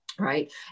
right